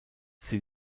sie